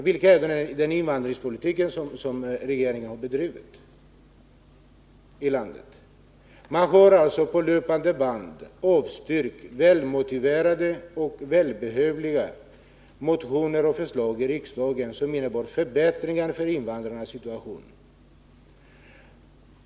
Vilken invandringspolitik har regeringen bedrivit? Man avstyrker på löpande band väl motiverade motioner om välbehövliga åtgärder som skulle innebära förbättringar av invandrarnas situation.